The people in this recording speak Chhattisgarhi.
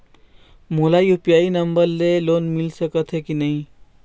मोला यू.पी.आई नंबर ले लोन मिल सकथे कि नहीं?